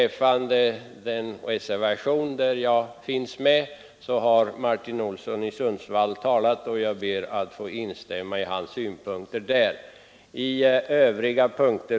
För reservationen, där mitt namn finns med, har herr Olsson i Sundsvall talat och jag ber att få instämma i hans synpunkter.